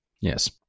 Yes